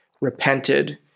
repented